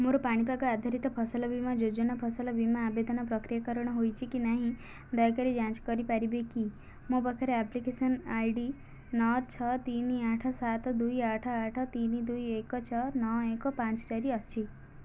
ମୋର ପାଣିପାଗ ଆଧାରିତ ଫସଲ ବୀମା ଯୋଜନା ଫସଲ ବୀମା ଆବେଦନ ପ୍ରକ୍ରିୟାକରଣ ହୋଇଛି କି ନାହିଁ ଦୟାକରି ଯାଞ୍ଚ କରିପାରିବେ କି ମୋ ପାଖରେ ଆପ୍ଲିକେସନ୍ ଆଇ ଡି ନଅ ଛଅ ତିନି ଆଠ ସାତ ଦୁଇ ଆଠ ଆଠ ତିନି ଦୁଇ ଏକ ଛଅ ନଅ ଏକ ପାଞ୍ଚ ଚାରି ଅଛି